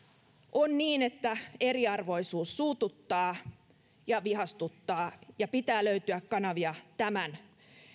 on niin että eriarvoisuus suututtaa ja vihastuttaa ja pitää löytyä kanavia tämän